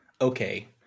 okay